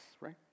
right